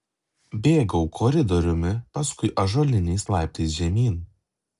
bėgau koridoriumi paskui ąžuoliniais laiptais žemyn